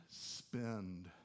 spend